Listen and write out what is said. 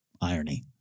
irony